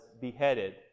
beheaded